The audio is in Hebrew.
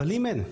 אבל אם אין?